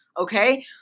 okay